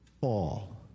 fall